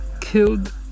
Killed